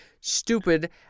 Stupid